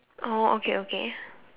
oh okay okay